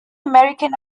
american